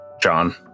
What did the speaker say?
John